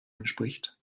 entspricht